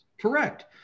Correct